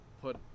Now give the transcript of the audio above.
put